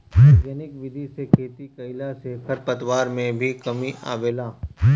organic विधि से खेती कईला से खरपतवार में भी कमी आवेला